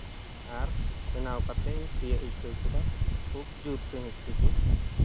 ᱟᱨ ᱵᱮᱱᱟᱣ ᱠᱟᱛᱮᱫ ᱤᱧ ᱥᱤᱭᱳᱜ ᱟᱹᱭᱠᱟᱹᱣ ᱠᱮᱫᱟ ᱠᱷᱩᱵᱽ ᱡᱩᱛ ᱥᱟᱺᱦᱤᱡ ᱛᱮᱜᱮ